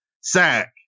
Sack